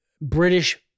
British